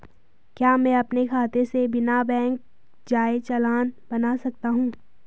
क्या मैं अपने खाते से बिना बैंक जाए चालान बना सकता हूँ?